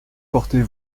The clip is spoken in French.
portez